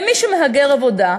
מי שהוא מהגר עבודה,